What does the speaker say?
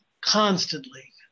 constantly